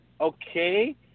okay